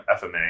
FMA